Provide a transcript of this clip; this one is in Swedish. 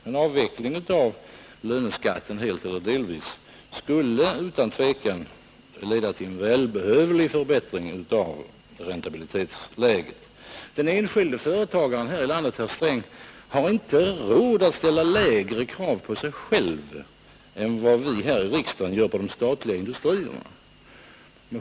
En avveckling av löneskatten, helt eller delvis, skulle utan tvekan leda till en välbehövlig förbättring av räntabilitetsläget. Den enskilde företagaren här i landet, herr Sträng, har inte råd att ställa lägre krav på sig själv än vad vi här i riksdagen gör på de statliga industrierna.